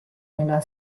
nella